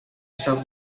bisa